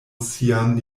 sian